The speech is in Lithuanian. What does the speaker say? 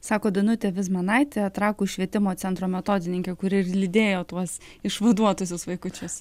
sako danutė vizmanaitė trakų švietimo centro metodininkė kuri ir lydėjo tuos išvaduotuosius vaikučius